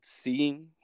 seeing